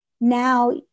now